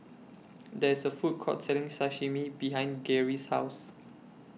There's A Food Court Selling Sashimi behind Garey's House